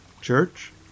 Church